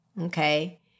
Okay